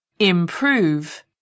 improve